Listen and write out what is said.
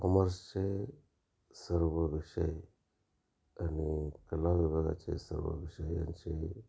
कॉमर्सचे सर्व विषय आणि कला विभागाचे सर्व विषय यांचे